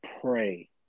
pray